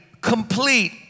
complete